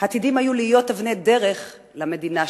עתידים היו להיות אבני דרך למדינה שבדרך.